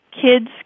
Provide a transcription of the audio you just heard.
Kids